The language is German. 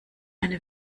eine